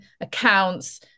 accounts